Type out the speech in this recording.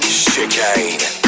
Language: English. chicane